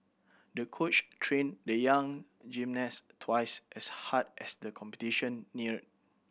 the coach trained the young gymnast twice as hard as the competition neared